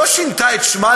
לא שינתה את שמה,